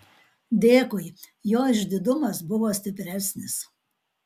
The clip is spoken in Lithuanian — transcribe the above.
dėkui jo išdidumas buvo stipresnis